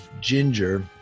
ginger